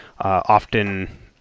Often